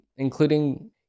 including